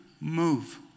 move